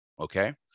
okay